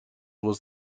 was